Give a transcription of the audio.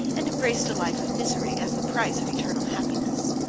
and embraced a life of misery, as the price of eternal happiness.